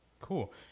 cool